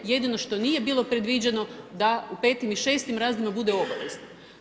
Jedino što nije bilo predviđeno, da u 5. i 6. razredima bude obavezna.